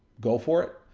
go for it.